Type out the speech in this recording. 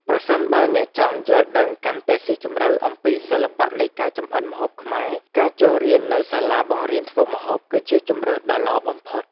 ប្រសិនបើអ្នកចង់យល់ដឹងកាន់តែស៊ីជម្រៅអំពីសិល្បៈនៃការចម្អិនម្ហូបខ្មែរ ការចូលរៀននៅសាលាបង្រៀនធ្វើម្ហូបគឺជាជម្រើសដ៏ល្អបំផុត ។